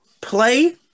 play